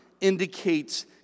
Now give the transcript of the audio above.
indicates